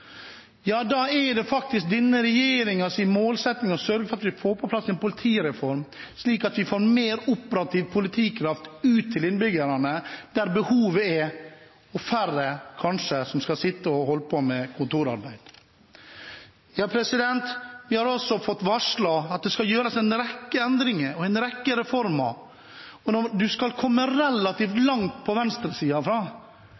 er faktisk denne regjeringens målsetting å sørge for at vi får på plass en politireform slik at vi får mer operativ politikraft ut til innbyggerne, der behovet er, og færre – kanskje – som skal sitte og holde på med kontorarbeid. Vi har også varslet at det skal gjøres en rekke endringer og komme en rekke reformer. En skal komme fra relativt langt på venstresiden når det er et problem at vi skal